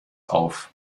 auf